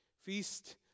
Feast